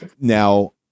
Now